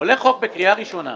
עולה חוק בקריאה ראשונה,